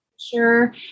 Sure